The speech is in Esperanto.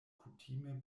kutime